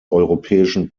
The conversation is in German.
europäischen